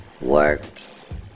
works